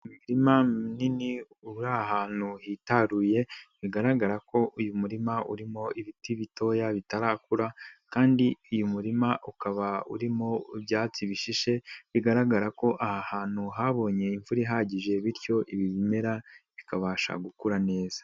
Umirima minini uri ahantu hitaruye, bigaragara ko uyu murima urimo ibiti bitoya bitarakura, kandi uyu murima ukaba urimo ibyatsi bishishe, bigaragara ko aha hantu habonye imvura ihagije bityo ibi bimera bikabasha gukura neza.